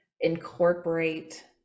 incorporate